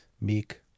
meek